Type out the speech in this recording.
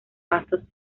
pastos